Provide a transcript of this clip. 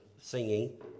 singing